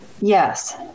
Yes